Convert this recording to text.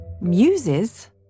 muses